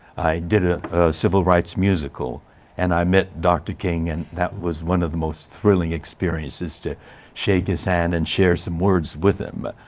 i did a civil rights musical and i met dr. king, and that was one of the most thrilling experiences to shake his hand and share some words with him.